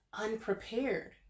unprepared